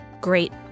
great